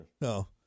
No